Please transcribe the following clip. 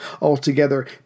altogether